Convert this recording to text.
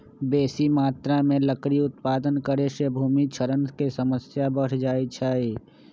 बेशी मत्रा में लकड़ी उत्पादन करे से भूमि क्षरण के समस्या बढ़ जाइ छइ